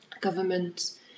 government